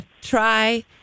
try